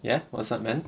ya what's up man